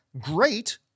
great